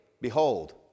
behold